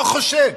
לא חושב,